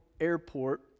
airport